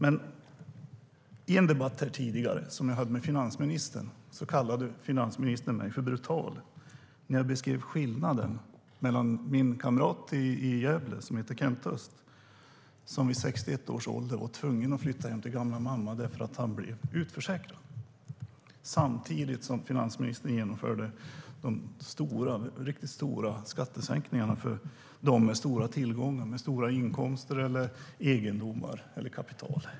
I en debatt som jag hade med finansministern här tidigare kallade han mig brutal när jag beskrev hur min kamrat Kent Öst i Gävle vid 61 års ålder var tvungen att flytta hem till sin gamla mamma därför att han blev utförsäkrad, samtidigt som finansministern genomförde de riktigt stora skattesänkningarna för dem med stora tillgångar, stora inkomster, egendomar eller kapital.